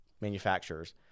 manufacturers